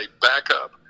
backup